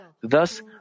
Thus